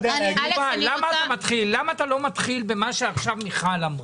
למה אתה לא מתחיל במה שעכשיו מיכל אמרה?